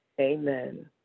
amen